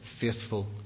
faithful